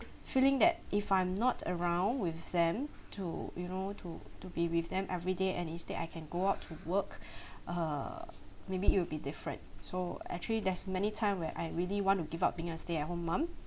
feeling that if I'm not around with them to you know to to be with them every day and instead I can go out to work uh maybe it will be different so actually there's many time where I really want to give up being a stay at home mum